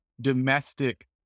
domestic